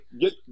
Get